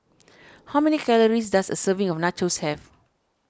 how many calories does a serving of Nachos have